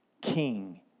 King